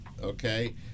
okay